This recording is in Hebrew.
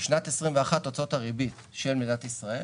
בשנת 21' הוצאות הריבית של מדינת ישראל